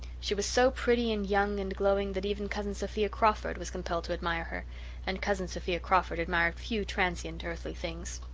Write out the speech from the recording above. she was so pretty and young and glowing that even cousin sophia crawford was compelled to admire her and cousin sophia crawford admired few transient earthly things.